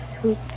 sweet